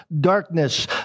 darkness